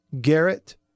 Garrett